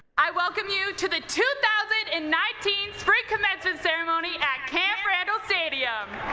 i welcome you to the two thousand and nineteen spring commencement ceremony at camp randall stadium!